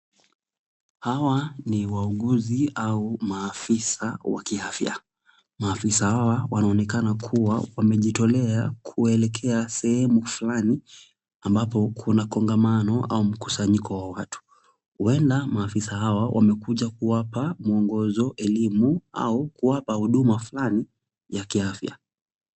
Hawa ni wauguzi au maafisa wa kiafya. Maafisa hawa wanaonekana kuwa wamejitolea kuelekea sehemu fulani ambapo kuna kongamano au mkusanyiko wa watu. Huenda maafisa hao wamekuja kuwapa muongozo, elimu au kuwapa huduma fulani ya kiafya.